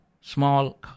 small